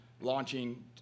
launching